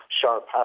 sharp